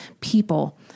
people